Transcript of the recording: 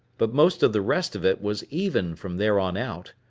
but most of the rest of it was even from there on out.